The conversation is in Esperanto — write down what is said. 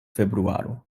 februaro